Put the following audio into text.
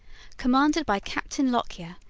commanded by captain lockyer,